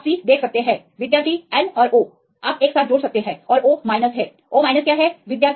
बराबर आप C देखते सकते हैं विद्यार्थी Refer Time 2859 और Nऔर O आप एक साथ जोड़ सकते हैं और O माइनस है O माइनस क्या है